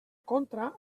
contra